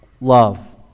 love